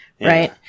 right